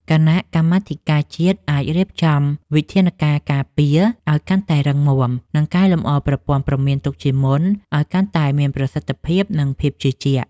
គណៈកម្មាធិការជាតិអាចរៀបចំវិធានការការពារឱ្យកាន់តែរឹងមាំ និងកែលម្អប្រព័ន្ធព្រមានទុកជាមុនឱ្យកាន់តែមានប្រសិទ្ធភាព និងភាពជឿជាក់។